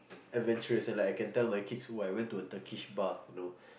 adventurous and like I can tell my kids !woo! I went to a Turkish bath you know